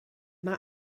mae